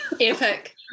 epic